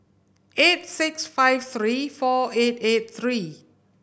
eight six five three four eight eight three